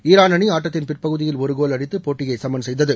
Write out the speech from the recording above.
Iran அணி ஆட்டத்தின் பிற்பகுதியில் ஒரு கோல் அடித்து போட்டியை சமன் செய்தது